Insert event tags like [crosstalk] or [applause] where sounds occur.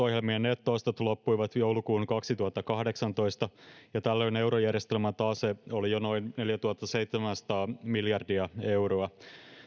[unintelligible] ohjelmien netto ostot loppuivat joulukuuhun kaksituhattakahdeksantoista ja tällöin eurojärjestelmän tase oli jo noin neljätuhattaseitsemänsataa miljardia euroa